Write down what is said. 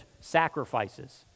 sacrifices